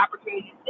opportunities